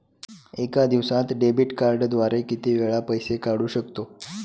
एका दिवसांत डेबिट कार्डद्वारे किती वेळा पैसे काढू शकतो?